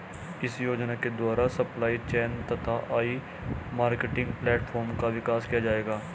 इस योजना के द्वारा सप्लाई चेन तथा ई मार्केटिंग प्लेटफार्म का विकास किया जाएगा